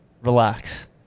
Relax